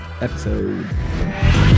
episode